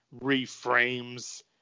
reframes